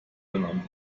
benannt